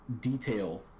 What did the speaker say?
detail